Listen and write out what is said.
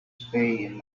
stay